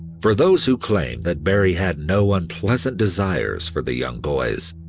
for those who claim that barrie had no unpleasant desires for the young boys,